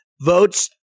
votes